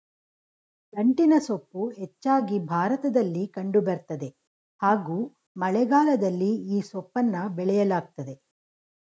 ದಂಟಿನಸೊಪ್ಪು ಹೆಚ್ಚಾಗಿ ಭಾರತದಲ್ಲಿ ಕಂಡು ಬರ್ತದೆ ಹಾಗೂ ಮಳೆಗಾಲದಲ್ಲಿ ಈ ಸೊಪ್ಪನ್ನ ಬೆಳೆಯಲಾಗ್ತದೆ